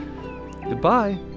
Goodbye